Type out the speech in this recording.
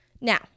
Now